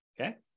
Okay